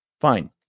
Fine